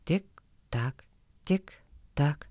tik tak tik tak